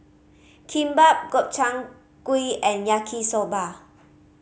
Kimbap Gobchang Gui and Yaki Soba